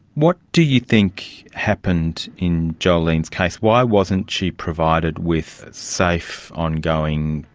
what do you think happened in jolene's case? why wasn't she provided with safe ongoing,